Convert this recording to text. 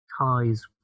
ties